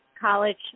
college